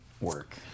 work